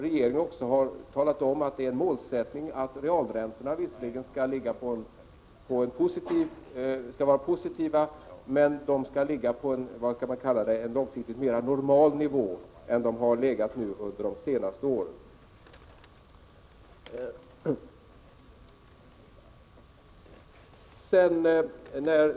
Regeringen har uttalat målsättningen att realräntorna visserligen skall vara positiva men att de långsiktigt skall ligga på en nivå, som kan sägas vara mer normal än den varit under de senaste åren.